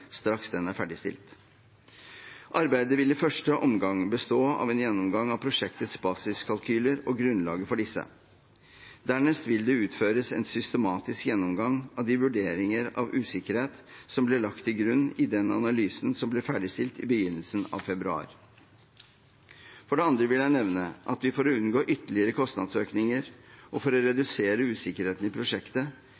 straks den er ferdigstilt. Arbeidet vil i første omgang bestå av en gjennomgang av prosjektets basiskalkyler og grunnlaget for disse. Dernest vil det utføres en systematisk gjennomgang av de vurderinger av usikkerhet som ble lagt til grunn i den analysen som ble ferdigstilt i begynnelsen av februar. For det andre vil jeg nevne at vi – for å unngå ytterligere kostnadsøkninger og for å